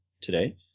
today